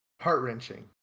heart-wrenching